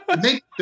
make